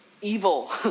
evil